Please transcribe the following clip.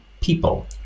people